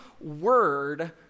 word